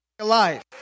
Life